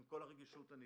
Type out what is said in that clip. עם כל הרגישות הנדרשת.